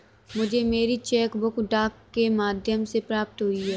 मुझे मेरी cheque book डाक के माध्यम से प्राप्त हुई है